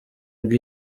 ngo